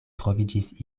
troviĝis